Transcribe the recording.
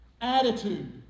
Attitude